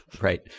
Right